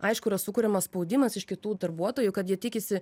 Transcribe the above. aišku yra sukuriamas spaudimas iš kitų darbuotojų kad jie tikisi